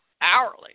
hourly